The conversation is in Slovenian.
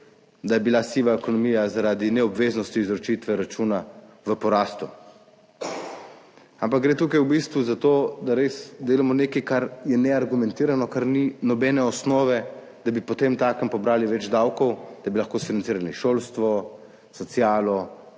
da je bila siva ekonomija zaradi neobveznosti izročitve računa v porastu, ampak gre tukaj v bistvu za to, da res delamo nekaj, kar jeneargumentirano, za kar ni nobene osnove, da bi potemtakem pobrali več davkov, da bi lahko financirali šolstvo, socialo,